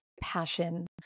passion